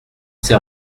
sais